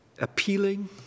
appealing